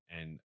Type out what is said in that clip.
and-